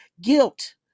guilt